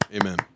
Amen